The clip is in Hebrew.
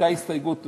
הייתה הסתייגות של,